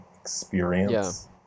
experience